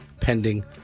pending